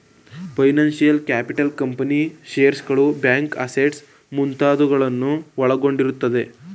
finance capital ಕಂಪನಿಯ ಶೇರ್ಸ್ಗಳು, bank assets ಮುಂತಾದವುಗಳು ಒಳಗೊಂಡಿರುತ್ತದೆ